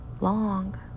long